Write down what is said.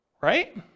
right